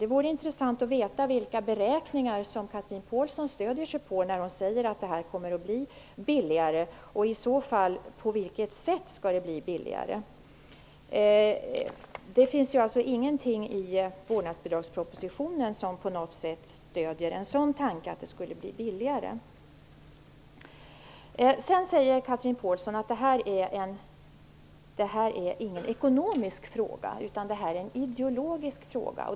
Det vore intressant att få veta vilka beräkningar som Chatrine Pålsson stöder sig på när hon säger att vårdnadsbidraget kommer att bli billigare. Och i så fall: På vilket sätt skall vårdnadsbidraget bli billigare? Det finns alltså ingenting i vårdnadsbidragspropositionen som på något sätt stöder tanken att det skulle bli billigare. Sedan sade Chatrine Pålsson att detta inte är en ekonomisk fråga utan är en ideologisk fråga.